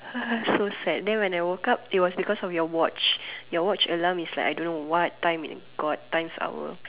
so sad then when I woke up it was because of your watch your watch your alarm is like I don't know what time it got times up or